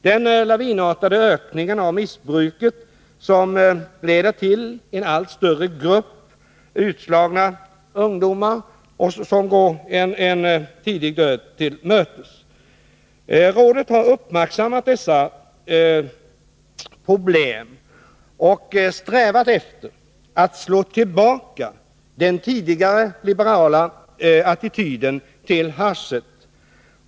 Den lavinartade ökningen av missbruket leder till att en allt större grupp utslagna ungdomar går en tidig död till mötes. Rådet har uppmärksammat dessa problem och strävat efter att slå tillbaka den tidigare liberala attityden till hasch.